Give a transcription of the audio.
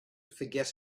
forget